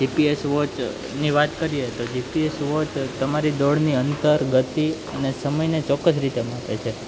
GPS વૉચની વાત કરીએ તો જીપીએસ વોચ તમારી દોડની અંતર ગતિ અને સમયને ચોક્કસ રીતે માપે છે